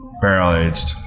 barrel-aged